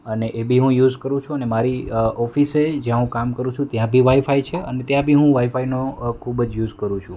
અને એ બી હું યુઝ કરું છું અને મારી ઓફિસે જ્યાં હું કામ કરું છું ત્યાં બી વાઈફાઈ છે અને ત્યાં બી હું વાઈફાઈનો ખુબ જ યુઝ કરું છું